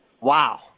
Wow